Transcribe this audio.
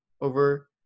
over